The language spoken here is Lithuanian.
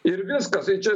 ir viskas ir čia